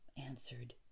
answered